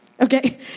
Okay